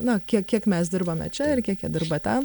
na kiek kiek mes dirbame čia ir kiek jie dirba ten